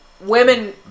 women